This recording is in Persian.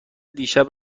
دیشب